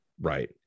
Right